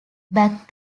back